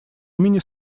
имени